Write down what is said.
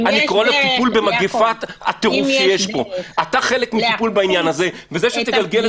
אם יש --- להפחית על ידי --- מהסוג הזה,